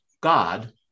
God